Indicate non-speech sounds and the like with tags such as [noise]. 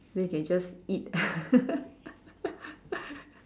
then you can just eat [laughs]